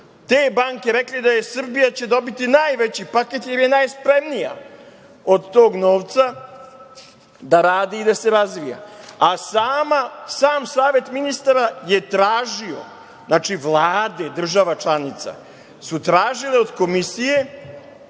te banke rekli da će Srbija dobiti najveći paket, jer je najspremnija, od tog novca da radi i da se razvija. Sam Savet ministara je tražio, znači vlade država članica, od Komisije